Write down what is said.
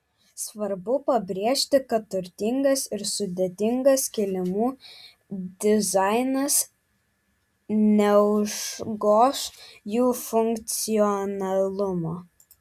svarbu pabrėžti kad turtingas ir sudėtingas kilimų dizainas neužgoš jų funkcionalumo